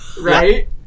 right